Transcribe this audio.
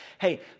hey